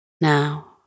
Now